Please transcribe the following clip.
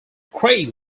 craig